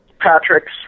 Patrick's